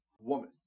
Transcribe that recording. woman